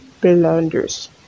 blunders